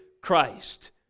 Christ